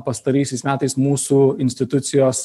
pastaraisiais metais mūsų institucijos